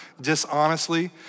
dishonestly